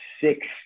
six